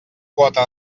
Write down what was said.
quota